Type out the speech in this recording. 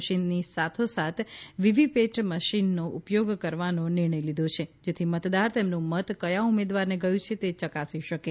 મશીનની સાથો સાથ વીવીપીએટી મશીનનો ઉપયોગ કરવાનો નિર્ણય લીધો છે જેથી મતદાર તેમનું મત કયા ઉમેદવારને ગયું છે એ ચકાસી શકશે